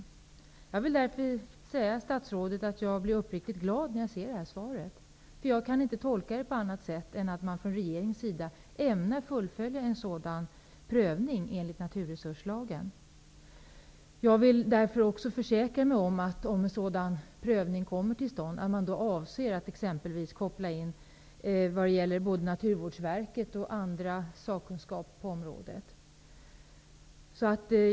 Därför vill jag till statsrådet säga att jag är uppriktigt glad över svaret, därför att jag inte kan tolka svaret på annat sätt än att man från regeringens sida ämnar fullfölja en prövning enligt naturresurslagen. Jag vill därför i det fall en sådan prövning kommer till stånd också försäkra mig om att man då avser att exempelvis koppla in både Naturvårdsverket och annan sakkunskap på området.